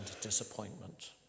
disappointment